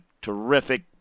terrific